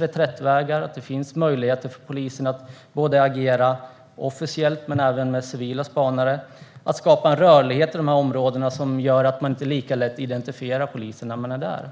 enklare reträttvägar, att se till att det finns möjligheter för polisen att agera både officiellt och med civila spanare eller att skapa en rörlighet i de här områdena som gör att man inte lika lätt identifierar polisen när man är där.